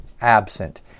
absent